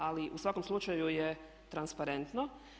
Ali u svakom slučaju je transparentno.